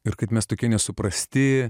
ir kad mes tokie nesuprasti